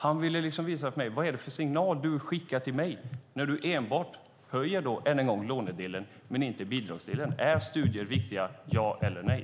Han ville visa för mig: Vad är det för signal du skickar till mig när du enbart höjer lånedelen, än en gång, men inte bidragsdelen? Är studier viktiga? Ja eller nej!